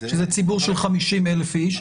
שזה ציבור של 50,000 איש,